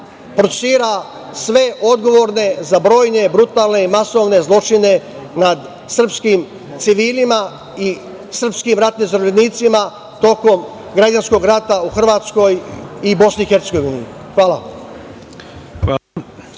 procesuira sve odgovorne za brojne brutalne i masovne zločine nad srpskim civilima i srpskim ratnim zarobljenicima tokom građanskog rata u Hrvatskoj i BiH? Hvala.